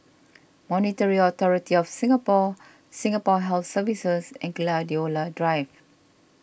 Monetary Authority of Singapore Singapore Health Services and Gladiola Drive